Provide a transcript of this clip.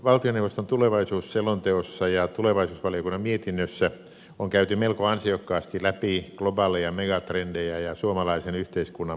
valtioneuvoston tulevaisuusselonteossa ja tulevaisuusvaliokunnan mietinnössä on käyty melko ansiokkaasti läpi globaaleja megatrendejä ja suomalaisen yhteiskunnan muutostarpeita